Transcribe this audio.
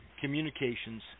communications